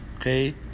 Okay